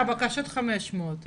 והבקשות בגובה 500 מיליון שקלים?